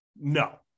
no